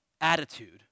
attitude